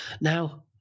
now